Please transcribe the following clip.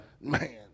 Man